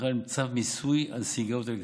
צו מיסוי על סיגריות אלקטרוניות.